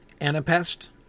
anapest